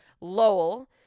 Lowell